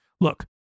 Look